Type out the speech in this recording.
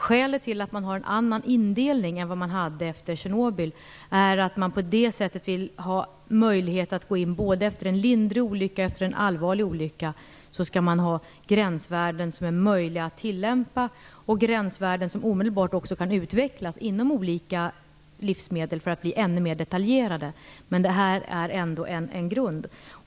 Skälet till att man har en annan indelning än vad man hade efter Tjernobyl är att man på det sättet vill ha möjlighet att gå in både efter en lindrig olycka och efter en allvarlig olycka. Gränsvärdena skall vara möjliga att tillämpa, och man skall ha gränsvärden inom olika livsmedel som omedelbart också kan utvecklas för att bli ännu mer detaljerade. Men detta är ändå en grund.